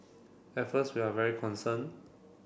at first we are very concerned